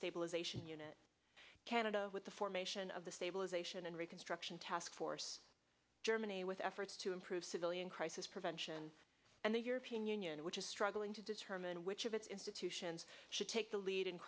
stabilization unit canada the formation of the stabilization and reconstruction task force germany with efforts to improve civilian crisis prevention and the european union which is struggling to determine which of its institutions should take the lead